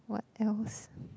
what else